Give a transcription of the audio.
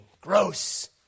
Gross